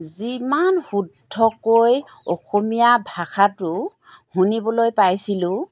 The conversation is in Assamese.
যিমান শুদ্ধকৈ অসমীয়া ভাষাটো শুনিবলৈ পাইছিলোঁ